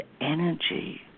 energy